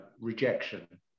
rejection